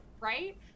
right